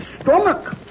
stomach